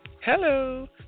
Hello